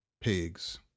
Pigs